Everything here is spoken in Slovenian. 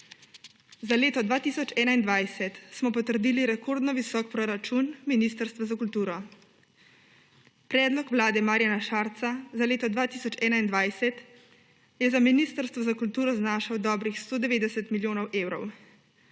Za leto 2021 smo potrdili rekordno visok proračun Ministrstva za kulturo. Predlog vlade Marjana Šarca za leto 2021 je za Ministrstvo za kulturo znašal dobrih 190 milijonov evrov,